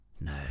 no